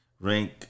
rank